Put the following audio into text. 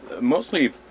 mostly